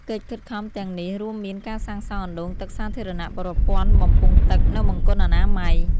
កិច្ចខិតខំទាំងនោះរួមមានការសាងសង់អណ្តូងទឹកសាធារណៈ ប្រព័ន្ធបំពង់ទឹក និងបង្គន់អនាម័យ។